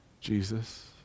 Jesus